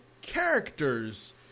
characters